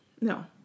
No